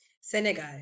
Senegal